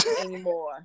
anymore